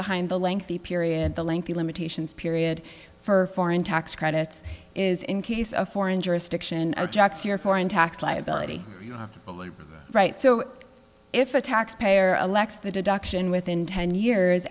behind the lengthy period the lengthy limitations period for foreign tax credits is in case a foreign jurisdiction jacks your foreign tax liability right so if a tax payer elects the deduction within ten years